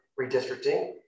redistricting